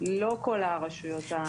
לא כל הרשויות הן.